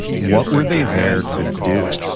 what were they there to do?